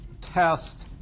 test